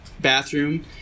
bathroom